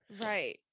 Right